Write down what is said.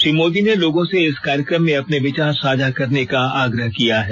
श्री मोदी ने लोगों से इस कार्यक्रम में अपने विचार साझा करने का आग्रह किया है